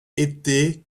été